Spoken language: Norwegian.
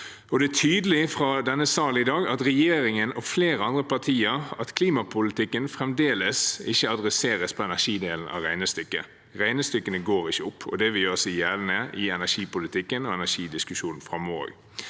Det er tydelig fra denne salen i dag, fra regjeringen og flere andre partier, at klimapolitikken fremdeles ikke adresseres på energidelen av regnestykket. Regnestykkene går ikke opp, og det vil gjøre seg gjeldende i energipolitikken og energidiskusjonen framover